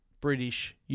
British